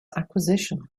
acquisition